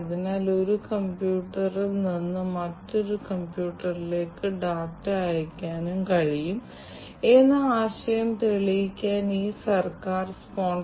അതിനാൽ ഇത് ഒരു സൈറ്റിൽ നിന്ന് മറ്റൊരു സൈറ്റിലേക്ക് അയയ്ക്കുന്നു ഇതിനായി ഞങ്ങൾക്ക് രണ്ട് വ്യത്യസ്ത ആശയവിനിമയ മൊഡ്യൂളുകൾ ഇവിടെയുണ്ട് ഇത് ഒന്ന് ഇത് മറ്റൊന്ന്